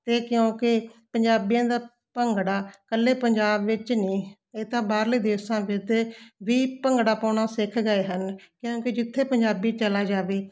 ਅਤੇ ਕਿਉਂਕਿ ਪੰਜਾਬੀਆਂ ਦਾ ਭੰਗੜਾ ਇਕੱਲੇ ਪੰਜਾਬ ਵਿੱਚ ਨਹੀਂ ਇਹ ਤਾਂ ਬਾਹਰਲੇ ਦੇਸਾਂ ਵਿੱਚ ਤੇ ਵੀ ਭੰਗੜਾ ਪਾਉਣਾ ਸਿੱਖ ਗਏ ਹਨ ਕਿਉਂਕਿ ਜਿੱਥੇ ਪੰਜਾਬੀ ਚਲਾ ਜਾਵੇ